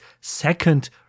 second